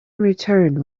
returned